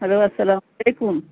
hello السلام علیکم